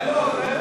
בושה.